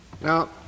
Now